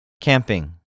Camping